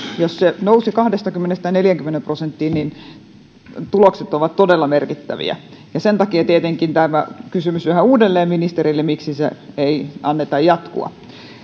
jos se nousi kahdestakymmenestä neljäänkymmeneen prosenttiin niin tulokset ovat todella merkittäviä sen takia tietenkin tämä kysymys yhä uudelleen ministerille miksi sen ei anneta jatkua